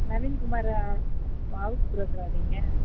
நவீன்குமாரா house புரோக்கரா நீங்கள்